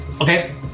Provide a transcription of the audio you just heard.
Okay